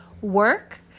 work